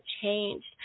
changed